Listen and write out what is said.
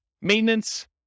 Maintenance